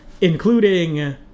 including